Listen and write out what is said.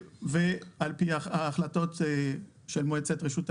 ועל פי ההחלטות של מועצת רשות הגז,